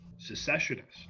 secessionists